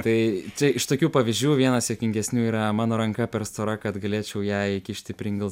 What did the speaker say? tai čia iš tokių pavyzdžių vienas juokingesnių yra mano ranka per stora kad galėčiau ją įkišti į pringles